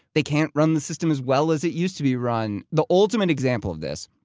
they can't run the system as well as it used to be run. the ultimate example of this,